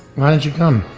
why didn't you come?